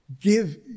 Give